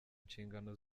nshingano